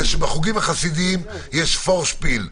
בחוגים החסידיים יש פורשפיל,